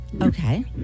Okay